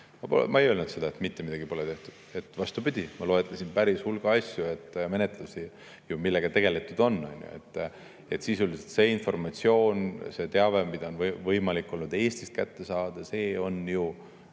Ma ei öelnud seda, et mitte midagi pole tehtud. Vastupidi, ma loetlesin päris hulga asju, menetlus[toiminguid], millega tegeletud on. Sisuliselt see informatsioon, see teave, mida on võimalik olnud Eestist kätte saada, on ju